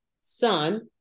son